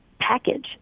package